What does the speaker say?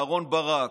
אהרן ברק,